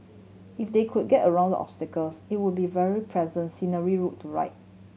if they could get around these obstacles it would be a very pleasant scenic route to ride